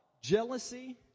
jealousy